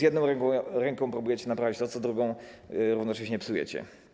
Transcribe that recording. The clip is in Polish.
Jedną ręką próbujecie naprawiać to, co drugą równocześnie psujecie.